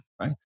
right